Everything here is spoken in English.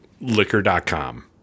liquor.com